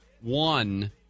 one